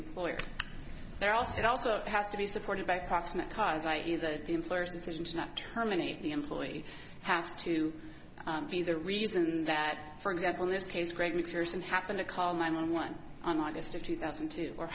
employer there also it also has to be supported by proximate cause i e that the employers decision to not terminate the employee has to be the reason that for example in this case greg macpherson happened to call nine one one on august of two thousand and two or